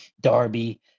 darby